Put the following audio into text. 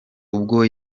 ubwo